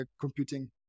computing